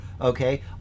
okay